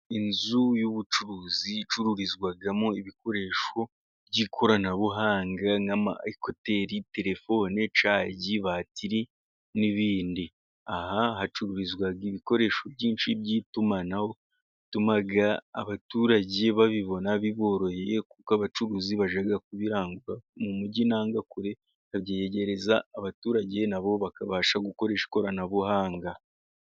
Inzu y'ubucuruzi icururizwamo ibikoresho by'ikoranabuhanga, n'amakuteri telefone cyangwa, cyagi, batiri n'ibindi, aha hacururizwa ibikoresho byinshi by'itumanaho, bituma abaturage babibona biboroheye, kuko abacuruzi bajya kubirangura mu mujyi nanga kure, bakabyegereza abaturage nabo bakabasha gukoresha ikoranabuhanga.